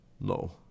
No